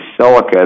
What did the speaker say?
silica